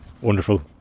Wonderful